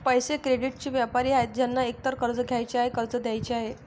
पैसे, क्रेडिटचे व्यापारी आहेत ज्यांना एकतर कर्ज घ्यायचे आहे, कर्ज द्यायचे आहे